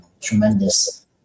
tremendous